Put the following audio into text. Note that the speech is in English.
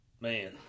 man